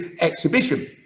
exhibition